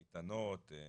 קייטנות,